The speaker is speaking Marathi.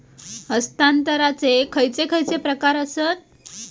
हस्तांतराचे खयचे खयचे प्रकार आसत?